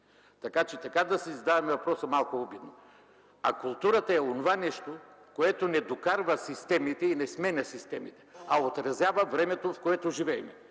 така че така да си задаваме въпроса, е малко обидно. А културата е онова нещо, което не докарва системите и не сменя системите, а отразява времето, в което живеем.